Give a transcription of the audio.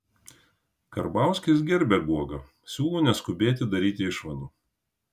karbauskis gerbia guogą siūlo neskubėti daryti išvadų